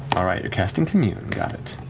all right, you're casting commune, got it,